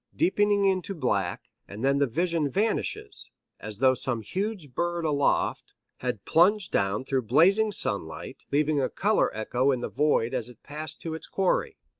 deepening into black, and then the vision vanishes as though some huge bird aloft had plunged down through blazing sunlight, leaving a color-echo in the void as it passed to its quarry.